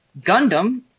Gundam